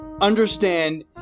understand